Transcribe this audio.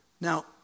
Now